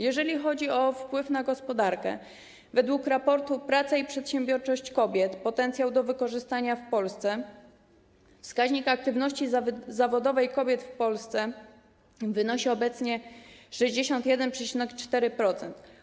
Jeżeli chodzi o wpływ na gospodarkę, według raportu „Praca i przedsiębiorczość kobiet - potencjał do wykorzystania w Polsce” wskaźnik aktywności zawodowej kobiet w Polsce wynosi obecnie 61,4%.